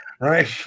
right